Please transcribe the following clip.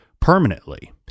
permanently